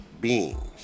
beings